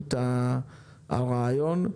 בהתגשמות הרעיון.